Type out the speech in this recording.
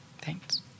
Thanks